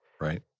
Right